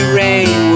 rain